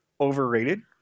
overrated